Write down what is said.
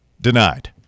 denied